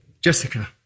Jessica